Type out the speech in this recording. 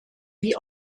wie